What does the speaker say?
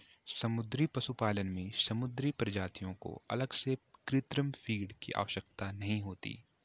समुद्री पशुपालन में समुद्री प्रजातियों को अलग से कृत्रिम फ़ीड की आवश्यकता नहीं होती